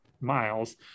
miles